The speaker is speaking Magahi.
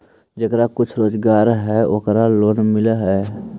जेकरा कुछ रोजगार है ओकरे लोन मिल है?